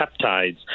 peptides